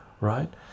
right